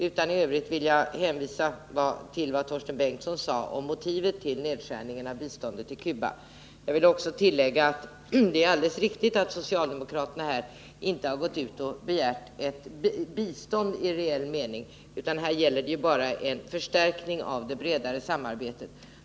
I övrigt vill jag hänvisa till vad Torsten Bengtson sade om motivet för nedskärningen av biståndet till Cuba. Det är alldeles riktigt att socialdemokraterna inte har begärt ett bistånd i reell mening, utan det gäller bara en förstärkning av det bredare samarbetet.